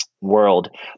world